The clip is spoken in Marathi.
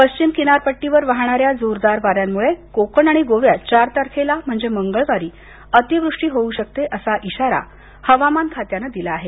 पश्चिम किनारपट्टीवर वाहणाऱ्या जोरदार वाऱ्यांमुळे कोकण आणि गोव्यात चार तारखेला म्हणजे मंगळवारी अतिवृष्टी होऊ शकते असा इशारा हवामान खात्यानं दिला आहे